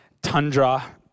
tundra